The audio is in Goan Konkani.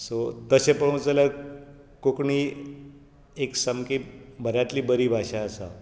सो तशे पळोवंक जाल्यार कोंकणी एक सामकी बऱ्यांतली बरी भाशा आसा